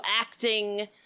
acting